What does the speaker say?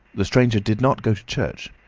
the stranger did not go to church,